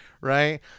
right